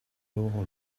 all